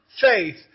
faith